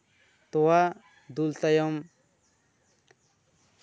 ᱛᱚᱣᱟ ᱫᱩᱞ ᱛᱟᱭᱚᱢ